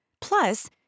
Plus